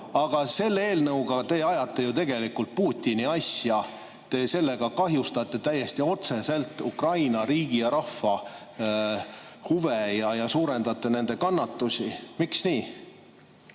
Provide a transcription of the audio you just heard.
Aga selle eelnõuga te ajate ju tegelikult Putini asja. Te sellega kahjustajate täiesti otseselt Ukraina riigi ja rahva huve, suurendate nende kannatusi. Miks nii?